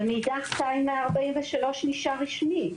אבל מאידך, 2.143 נשאר רשמי.